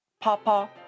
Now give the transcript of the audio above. Papa